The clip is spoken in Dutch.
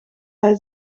hij